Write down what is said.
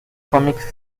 cómic